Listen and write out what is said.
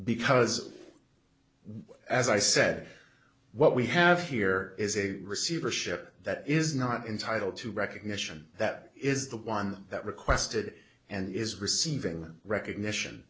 because as i said what we have here is a receivership that is not entitled to recognition that is the one that requested and is receiving recognition